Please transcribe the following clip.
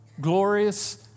glorious